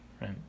right